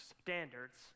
standards